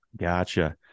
Gotcha